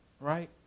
right